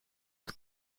het